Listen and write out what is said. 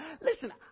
Listen